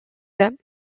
them